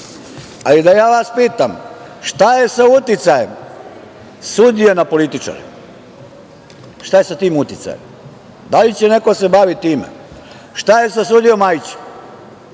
vas ja pitam, šta je sa uticajem sudija na političare? Šta je sa tim uticajem, da li će neko da se bavi time, šta je sa sudijom Majić?